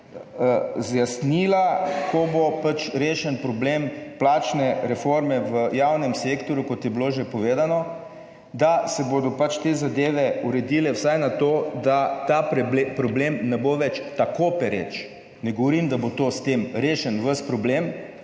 zjasnila, ko bo rešen problem plačne reforme v javnem sektorju, kot je bilo že povedano, da se bodo te zadeve uredile vsaj na to, da ta problem ne bo več tako pereč. Ne govorim, da bo to s tem rešen ves problem,